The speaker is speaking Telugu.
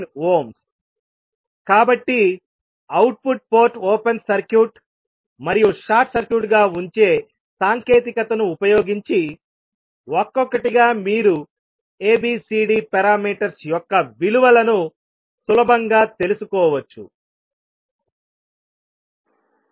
29 కాబట్టి అవుట్పుట్ పోర్ట్ ఓపెన్ సర్క్యూట్ మరియు షార్ట్ సర్క్యూట్ గా ఉంచే సాంకేతికతను ఉపయోగించి ఒక్కొక్కటిగా మీరు ABCD పారామీటర్స్ యొక్క విలువలను సులభంగా తెలుసుకోవచ్చు